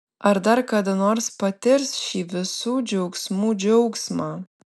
ar dar kada nors patirs šį visų džiaugsmų džiaugsmą